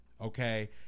Okay